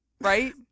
Right